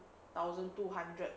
thousand two hundred